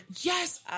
Yes